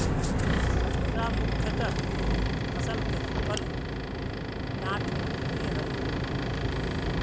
straw मुख्यतः फसल के सूखल डांठ ही हई